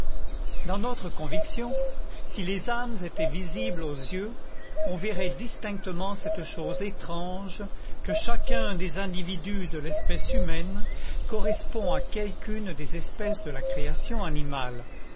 dans notre conviction si les âmes étaient visibles aux yeux on verrait distinctement cette chose étrange que chacun des individus de l'espèce humaine correspond à quelqu'une des espèces de la création animale